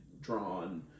drawn